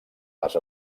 les